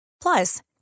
Plus